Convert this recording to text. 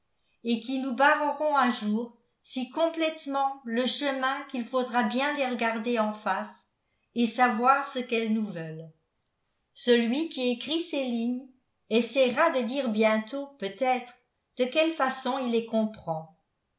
et qui nous barreront un jour si complètement le chemin qu'il faudra bien les regarder en face et savoir ce qu'elles nous veulent celui qui écrit ces lignes essaiera de dire bientôt peut-être de quelle façon il les comprend